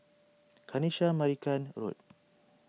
Kanisha Marican Road